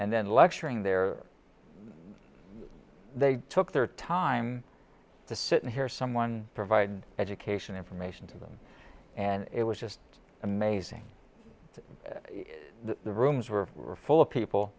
and then lecturing there they took their time to sit and hear someone provide education information to them and it was just amazing the rooms were for full of people